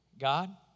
God